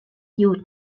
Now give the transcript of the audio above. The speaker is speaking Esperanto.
tiu